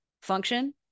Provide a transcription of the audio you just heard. function